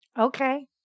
Okay